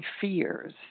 fears